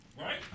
Right